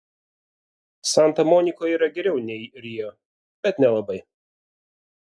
santa monikoje yra geriau nei rio bet nelabai